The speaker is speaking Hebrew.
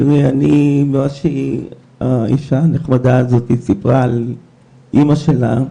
תראי, את מה שהאישה הנחמדה הזאת סיפרה על אמא שלה,